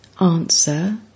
Answer